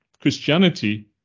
Christianity